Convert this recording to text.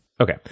okay